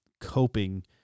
coping